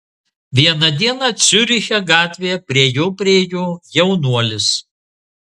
vieną dieną ciuriche gatvėje prie jo priėjo jaunuolis